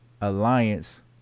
alliance